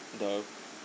the